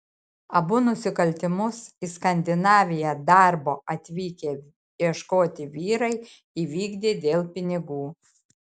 abu nusikaltimus į skandinaviją darbo atvykę ieškoti vyrai įvykdė dėl pinigų